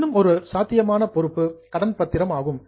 இன்னும் ஒரு சாத்தியமான பொறுப்பு டிபஞ்சர் கடன் பத்திரம் ஆகும்